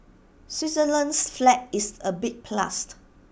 Switzerland's flag is A big plus